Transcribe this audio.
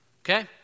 Okay